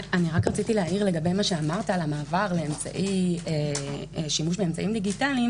רק רציתי להעיר לגבי מה שאמרת לגבי המעבר לשימוש באמצעים דיגיטליים